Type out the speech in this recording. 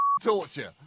torture